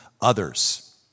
others